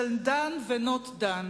של done ו-not done.